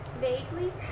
Vaguely